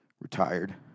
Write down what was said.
retired